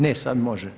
Ne, sad može.